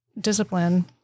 discipline